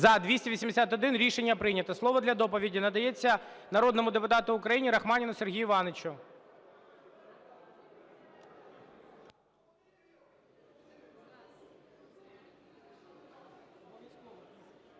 За-281 Рішення прийнято. Слово для доповіді надається народному депутату України Рахманіну Сергію Івановичу.